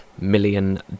million